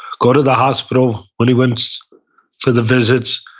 go to the hospital when he went for the visits